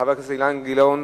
חבר הכנסת אילן גילאון,